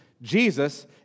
Jesus